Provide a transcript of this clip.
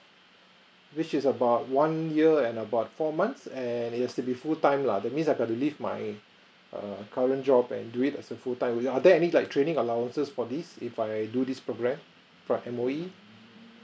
which is about one year and about four months and it has to be full time lah that means I have to leave my err current job and do it as a full time will are there any like training allowances for this if I do this program for M_O_E